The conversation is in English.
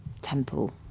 temple